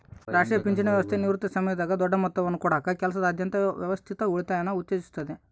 ರಾಷ್ಟ್ರೀಯ ಪಿಂಚಣಿ ವ್ಯವಸ್ಥೆ ನಿವೃತ್ತಿ ಸಮಯದಾಗ ದೊಡ್ಡ ಮೊತ್ತವನ್ನು ಕೊಡಕ ಕೆಲಸದಾದ್ಯಂತ ವ್ಯವಸ್ಥಿತ ಉಳಿತಾಯನ ಉತ್ತೇಜಿಸುತ್ತತೆ